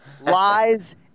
lies